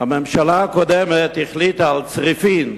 שהממשלה הקודמת החליטה שצריפין,